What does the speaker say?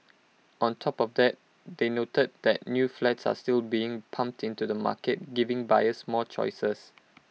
on top of that they noted that new flats are still being pumped into the market giving buyers more choices